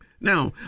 Now